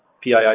PII